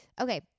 Okay